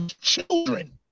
children